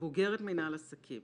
בוגרת מנהל עסקים,